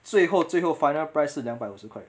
最后最后 final price 是两百五十块